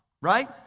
right